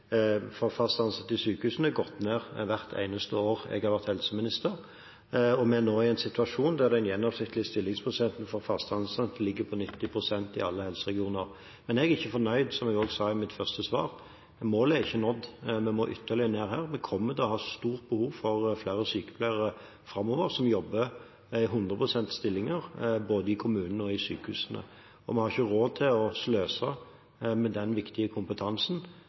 vi er nå i en situasjon der den gjennomsnittlige stillingsprosenten for fast ansatte ligger på 90 pst. i alle helseregioner. Men jeg er ikke fornøyd, som jeg også sa i mitt første svar. Målet er ikke nådd, vi må ytterligere ned. Vi kommer framover til å ha et stort behov for flere sykepleiere som jobber i 100 pst. stilling både i kommunene og i sykehusene. Vi har ikke råd til å sløse med den viktige kompetansen